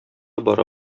бара